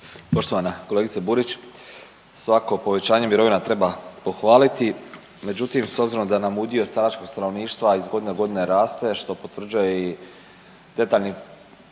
Poštovana kolegice Burić, svako povećanje mirovina treba pohvaliti, međutim s obzirom da nam udio staračkog stanovništva iz godine u godine raste što potvrđuje i detaljni